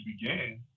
began